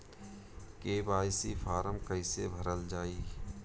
KYC form कइसे भरल जाइ?